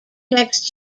next